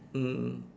mm mm